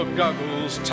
goggles